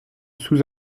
sous